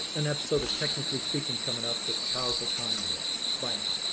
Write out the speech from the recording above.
an episode of technically speaking coming up with the powerful connie hill by now